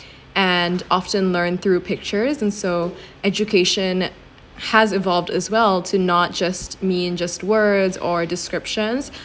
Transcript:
and often learn through pictures and so education has evolved as well to not just mean just words or descriptions